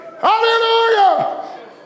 Hallelujah